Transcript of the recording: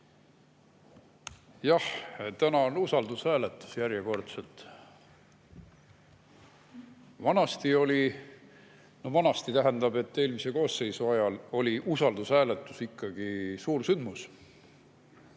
Jah, täna on usaldushääletus järjekordselt. Vanasti oli – vanasti tähendab, et eelmise koosseisu ajal – usaldushääletus ikkagi suur sündmus.